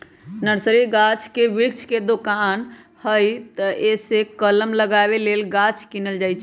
nursery गाछ वृक्ष के दोकान हइ एतहीसे कलम लगाबे लेल गाछ किनल जाइ छइ